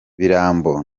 birambo